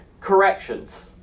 corrections